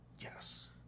Yes